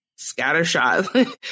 scattershot